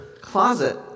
closet